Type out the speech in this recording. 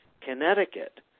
Connecticut